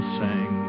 sang